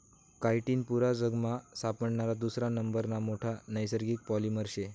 chitin पुरा जगमा सापडणारा दुसरा नंबरना मोठा नैसर्गिक पॉलिमर शे